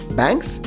banks